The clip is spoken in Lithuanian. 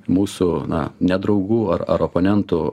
mūsų na nedraugų ar ar oponentų